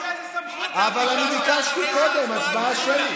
אבל אני ביקשתי קודם הצבעה שמית.